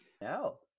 No